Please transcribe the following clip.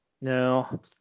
no